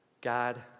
God